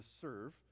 serve